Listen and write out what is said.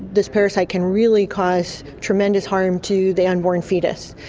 this parasite can really cause tremendous harm to the unborn fetus.